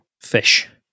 fish